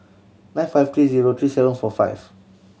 nine five three zero three seven four five